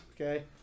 okay